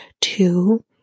two